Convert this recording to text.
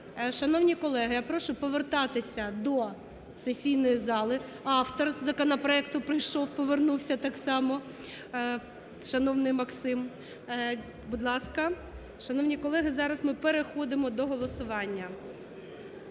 Шановні колеги, я прошу повертатися до сесійної зали. Автор законопроекту прийшов, повернувся так само, шановний Максим. Будь ласка, шановні колеги, зараз ми переходимо до голосування.